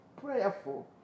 prayerful